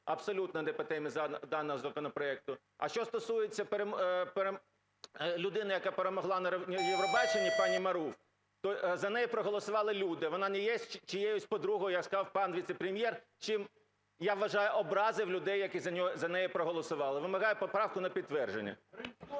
Абсолютно не по темі даного законопроекту. А що стосується людини, яка перемогла на Євробаченні – пані Мaruv – то за неї проголосували люди, вона не є чиєюсь подругою, як сказав пан віце-прем’єр, чим, я вважаю, образив людей, які за неї проголосували. Вимагаю поправку на підтвердження.